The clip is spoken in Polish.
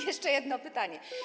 Jeszcze jedno pytanie.